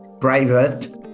private